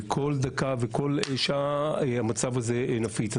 כל דקה וכל שעה המצב הזה נפיץ.